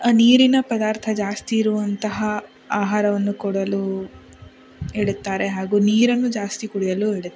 ನೀರಿನ ಪದಾರ್ಥ ಜಾಸ್ತಿ ಇರುವಂತಹ ಆಹಾರವನ್ನು ಕೊಡಲು ಹೇಳುತ್ತಾರೆ ಹಾಗೂ ನೀರನ್ನು ಜಾಸ್ತಿ ಕುಡಿಯಲು ಹೇಳುತ್ತಾರೆ